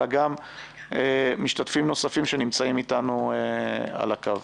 אלא גם משתתפים נוספים שנמצאים איתנו על הקו.